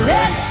Let